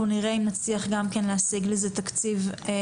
אנחנו נראה אם נצליח גם כן להשיג לזה תקציב ממשרד האוצר.